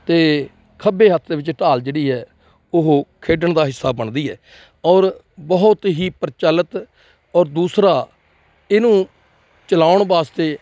ਅਤੇ ਖੱਬੇ ਹੱਥ ਦੇ ਵਿੱਚ ਢਾਲ ਜਿਹੜੀ ਹੈ ਉਹ ਖੇਡਣ ਦਾ ਹਿੱਸਾ ਬਣਦੀ ਹੈ ਔਰ ਬਹੁਤ ਹੀ ਪ੍ਰਚਲਤ ਔਰ ਦੂਸਰਾ ਇਹਨੂੰ ਚਲਾਉਣ ਵਾਸਤੇ